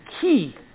key